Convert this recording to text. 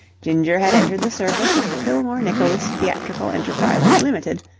ginger had entered the service of the fillmore nicholas theatrical enterprises ltd.